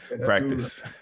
Practice